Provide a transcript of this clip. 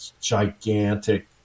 gigantic